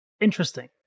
interesting